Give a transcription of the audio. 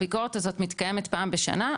הביקורת הזאת מתקיימת פעם בשנה,